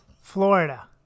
florida